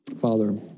Father